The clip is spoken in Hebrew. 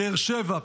באר שבע,